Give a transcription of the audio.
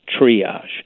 triage